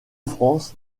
france